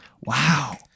Wow